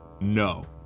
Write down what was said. No